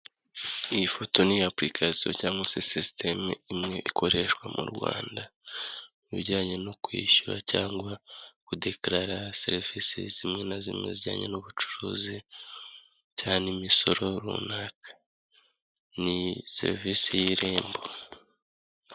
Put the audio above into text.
Iyi foto ni iya apurikasiyo cyangwa se sistemu imwe ikoreshwa mu Rwanda, ibijyanye no kwishyura cyangwa kudekarara serivisi zimwe na zimwe zijyanye n'ubucuruzi, cyane imisoro runaka. Ni serivisi y'irembo.